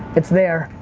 it's there,